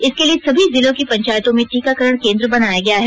इसके लिए सभी जिलों की पंचायतों में टीकाकरण केन्द्र बनाया गया है